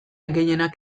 gehienak